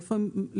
לאיפה הם מכוונים,